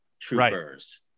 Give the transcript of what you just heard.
Troopers